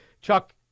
Chuck